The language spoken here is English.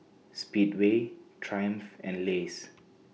Speedway Triumph and Lays